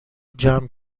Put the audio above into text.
جمع